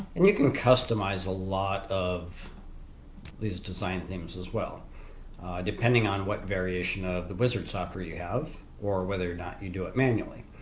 and you can customize a lot of these design themes as well depending on what variation of the wizard software you have or whether or not you do it manually.